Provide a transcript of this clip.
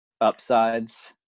upsides